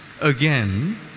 Again